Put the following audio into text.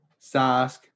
Sask